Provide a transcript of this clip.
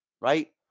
right